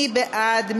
מי בעד?